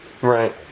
Right